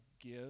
give